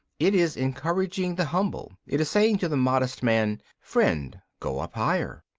it is encouraging the humble it is saying to the modest man, friend, go up higher.